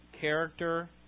character